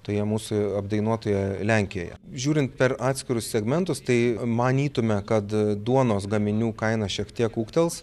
toje mūsų apdainuotoje lenkijoje žiūrint per atskirus segmentus tai manytume kad duonos gaminių kaina šiek tiek ūgtels